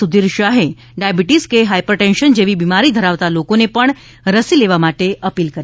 સુધીર શાહે ડાયાબિટીસ કે હાઇપરટેંશન જેવી બીમારી ધરાવતા લોકોને પણ રસી લેવા માટે અપીલ કરી